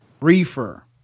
reefer